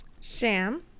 Sham